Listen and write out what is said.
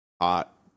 hot